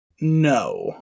No